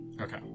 Okay